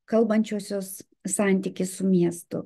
kalbančiosios santykis su miestu